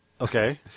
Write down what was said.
Okay